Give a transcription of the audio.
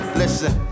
listen